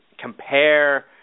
compare